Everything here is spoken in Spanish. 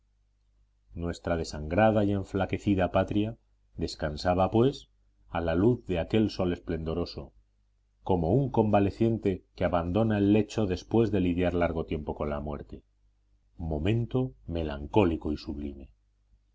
nuestra desangrada y enflaquecida patria descansaba pues a la luz de aquel sol esplendoroso como un convaleciente que abandona el lecho después de lidiar largo tiempo con la muerte momento melancólico y sublime